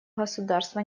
государства